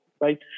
right